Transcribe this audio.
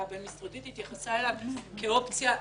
הבין-משרדית התייחסה אליו כאופציה.